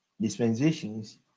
dispensations